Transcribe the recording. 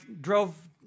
drove